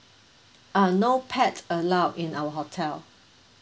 ah no pet allowed in our hotel